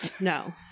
no